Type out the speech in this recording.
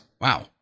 Wow